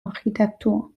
architektur